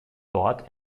dort